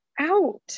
out